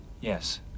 Yes